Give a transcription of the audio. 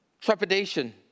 trepidation